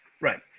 right